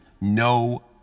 No